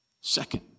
Second